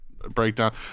breakdown